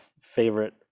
favorite